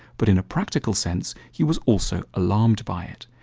but in a practical sense he was also alarmed by it.